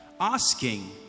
asking